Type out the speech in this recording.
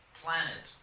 planet